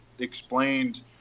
explained